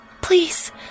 Please